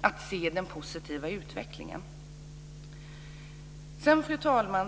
att se den positiva utvecklingen. Fru talman!